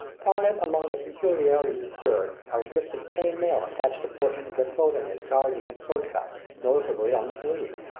prominent among the peculiarities observed are strips of chain mail attached to portions of their clothing as guards against sword-cuts, noticeably on the sleeves.